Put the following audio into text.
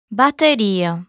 bateria